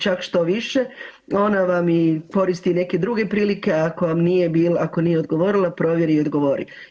Čak što više ona vam i koristi neke druge prilike ako vam nije odgovorila provjeri i odgovori.